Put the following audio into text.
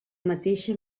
mateixa